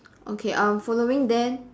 okay uh following then